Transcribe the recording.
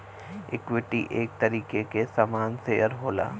equity एक तरीके के सामान शेअर होला